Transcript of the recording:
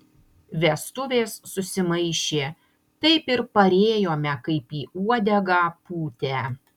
vestuvės susimaišė taip ir parėjome kaip į uodegą pūtę